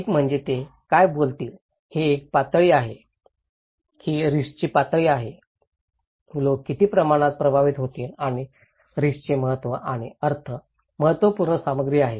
एक म्हणजे ते काय बोलतील हे एक पातळी पातळी आहे ही रिस्कची पातळी आहे लोक किती प्रमाणात प्रभावित होतील आणि रिस्कचे महत्त्व आणि अर्थ महत्त्वपूर्ण सामग्री आहे